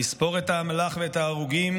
לספור את האמל"ח ואת ההרוגים,